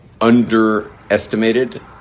underestimated